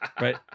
Right